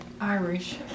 irish